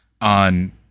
on